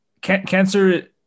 cancer